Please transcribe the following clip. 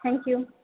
thank you